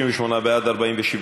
38 בעד, 47 נגד.